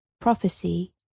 Prophecy